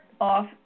off